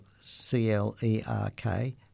C-L-E-R-K